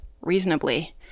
reasonably